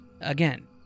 again